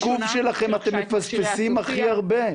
--- בעיכוב שלכם אתם מפספסים הכי הרבה.